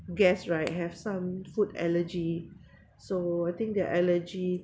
guests right have some food allergy so I think they're allergy